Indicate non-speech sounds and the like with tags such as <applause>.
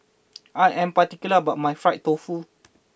<noise> I am particular about my Fried Tofu